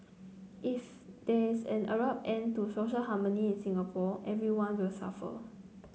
if there is an abrupt end to social harmony in Singapore everyone will suffer